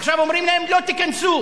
עכשיו אומרים להם: לא תיכנסו.